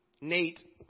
Nate